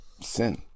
sin